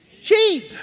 cheap